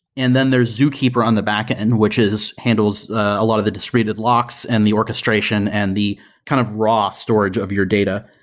and then there's zookeeper on the backend, which handles a lot of the distributed locks and the orchestration and the kind of raw storage of your data.